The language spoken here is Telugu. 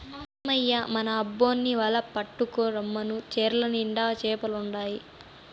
ఏమయ్యో మన అబ్బోన్ని వల పట్టుకు రమ్మను చెర్ల నిండుగా చేపలుండాయి